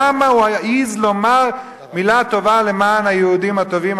למה הוא העז לומר מלה טובה למען היהודים הטובים,